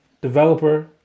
developer